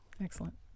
Excellent